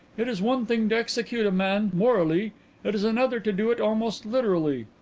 it is one thing to execute a man morally it is another to do it almost literally.